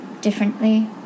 differently